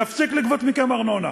נפסיק לגבות מכם ארנונה.